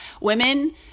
women